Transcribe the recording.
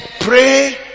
pray